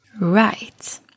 Right